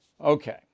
Okay